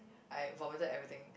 I vomited everything